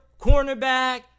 cornerback